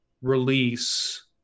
release